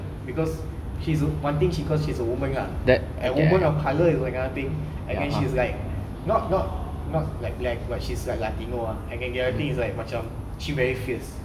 because she's one thing because she's a woman lah and women of colour is another thing and then she is like not not not like black like she's like latino ah and then another thing macam she very fierce